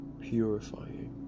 purifying